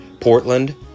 Portland